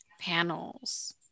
panels